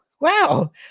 wow